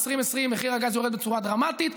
ב-2020 מחיר הגז יורד בצורה דרמטית,